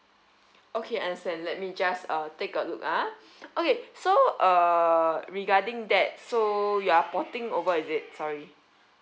okay understand let me just uh take a look ah okay so uh regarding that so you are porting over is it sorry